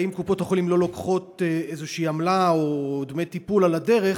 האם קופות-החולים לא לוקחות איזו עמלה או דמי טיפול על הדרך,